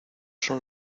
son